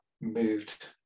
moved